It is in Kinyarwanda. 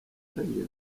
mfitanye